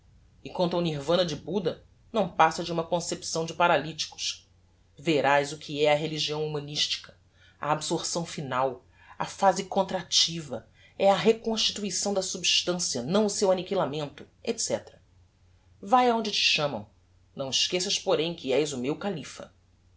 e quanto ao nirvana de buddha não passa de uma concepção de paralyticos verás o que é a religião humanistica a absorpção final a phase contractiva é a reconstituição da substancia não o seu anniquilamento etc vae aonde te chamam não esqueças porém que és o meu califa